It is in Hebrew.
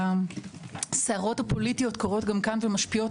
כשהסערות הפוליטיות קורות גם כאן ומשפיעות